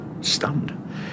stunned